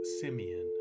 Simeon